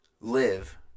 live